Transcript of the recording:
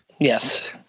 Yes